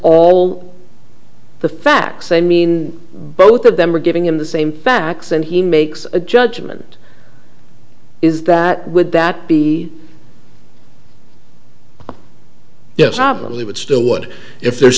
all the facts i mean both of them are giving him the same facts and he makes a judgment is that would that be yes obviously would still would if there